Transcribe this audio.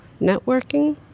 networking